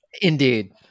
Indeed